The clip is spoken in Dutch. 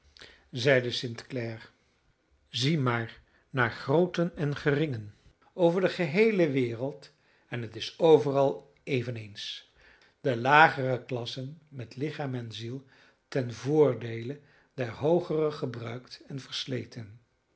zeide st clare zie maar naar grooten en geringen over de geheele wereld en het is overal eveneens de lagere klassen met lichaam en ziel ten voordeele der hoogere gebruikt en versleten